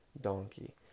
donkey